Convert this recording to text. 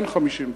ואין 50,